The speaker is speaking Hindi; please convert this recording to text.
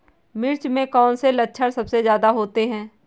मिर्च में कौन से लक्षण सबसे ज्यादा होते हैं?